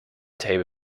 table